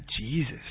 Jesus